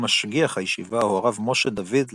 ומשגיח הישיבה הוא הרב משה דוד לפקוביץ.